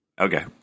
okay